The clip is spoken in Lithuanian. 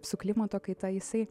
su klimato kaita jisai